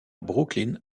brooklyn